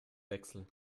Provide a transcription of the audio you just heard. wechsel